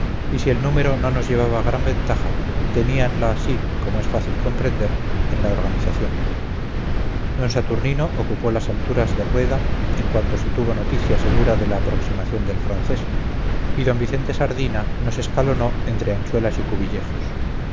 y si en el número no nos llevaban gran ventaja teníanla sí como es fácil comprender en la organización d saturnino ocupó las alturas de rueda en cuanto se tuvo noticia segura de la aproximación del francés y d vicente sardina nos escalonó entre anchuelas y cuvillejos